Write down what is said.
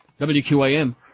WQAM